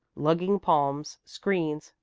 lugging palms, screens,